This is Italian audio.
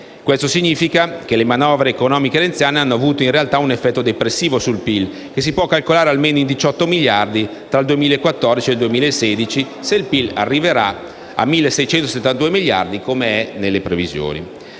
questo significa che le manovre economiche renziane hanno avuto in realtà un effetto depressivo sul PIL, che si può calcolare in almeno 18 miliardi tra il 2014 e il 2016, se il PIL arriverà a 1.672 miliardi, come è nelle previsioni.